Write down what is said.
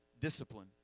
discipline